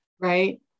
Right